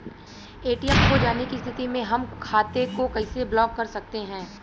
ATM खो जाने की स्थिति में हम खाते को कैसे ब्लॉक कर सकते हैं?